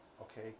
okay